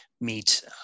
meet